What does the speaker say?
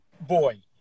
boy